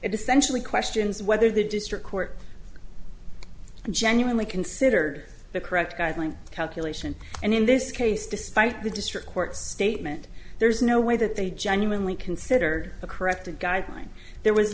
essentially questions whether the district court genuinely considered the correct guideline calculation and in this case despite the district court statement there's no way that they genuinely consider a correct a guideline there was